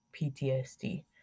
PTSD